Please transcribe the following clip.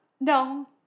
No